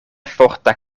forta